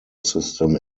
system